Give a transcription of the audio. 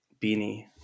beanie